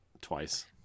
twice